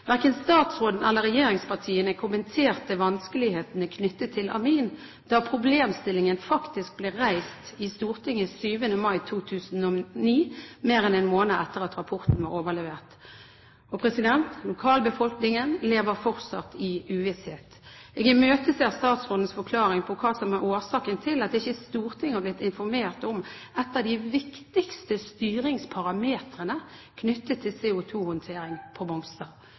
Verken statsråden eller regjeringspartiene kommenterte vanskelighetene knyttet til amin da problemstillingen faktisk ble reist i Stortinget 7. mai 2009, mer enn en måned etter at rapporten var overlevert. Og lokalbefolkningen lever fortsatt i uvisshet. Jeg imøteser statsrådens forklaring på hva som er årsaken til at Stortinget ikke har blitt informert om et av de viktigste styringsparametrene knyttet til CO2-håndtering på